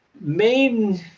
main